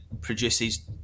produces